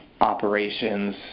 operations